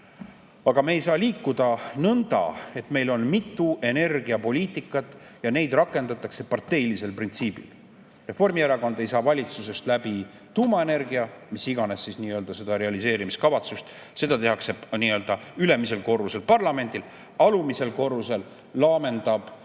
me ei saa liikuda nõnda, et meil on mitu energiapoliitikat ja neid rakendatakse parteilisel printsiibil. Reformierakond ei saa valitsusest läbi tuumaenergia, mis iganes, seda realiseerimiskavatsust. Seda tehakse ülemisel korrusel, parlamendis, alumisel korrusel laamendab